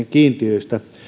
kiintiöistä